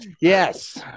Yes